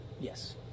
Yes